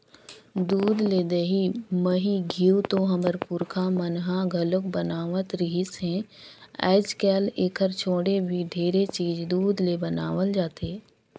दूद ले दही, मही, घींव तो हमर पूरखा मन ह घलोक बनावत रिहिस हे, आयज कायल एखर छोड़े भी ढेरे चीज दूद ले बनाल जाथे